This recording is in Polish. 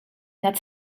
nad